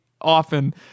often